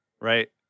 right